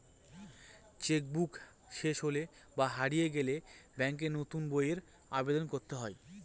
check book শেষ হলে বা হারিয়ে গেলে ব্যাঙ্কে নতুন বইয়ের আবেদন করতে হয়